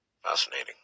Fascinating